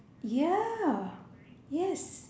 ya yes